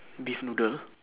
beef noodle